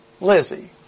Lizzie